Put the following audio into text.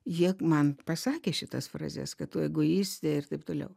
jie man pasakė šitas frazes kad tu egoistė ir taip toliau